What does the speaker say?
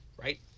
right